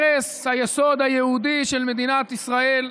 הרס היסוד היהודי של מדינת ישראל,